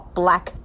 black